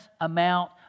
amount